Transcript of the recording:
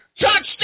Touchdown